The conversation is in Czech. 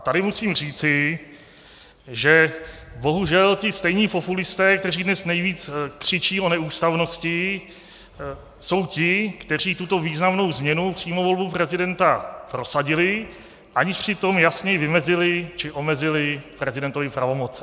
A tady musím říci, že bohužel ti stejní populisté, kteří dnes nejvíce křičí o neústavnosti, jsou ti, kteří tuto významnou změnu, přímou volbu prezidenta, prosadili, aniž přitom jasně vymezili či omezili prezidentovy pravomoci.